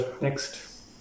next